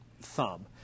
thumb